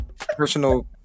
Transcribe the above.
personal